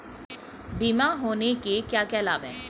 बीमा होने के क्या क्या लाभ हैं?